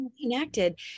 connected